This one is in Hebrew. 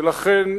ולכן,